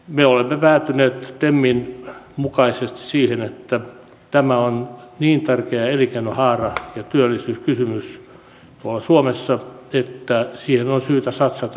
me olemme päätyneet temin mukaisesti siihen että tämä on niin tärkeä elinkeinonhaara ja työllisyyskysymys suomessa että siihen on syytä satsata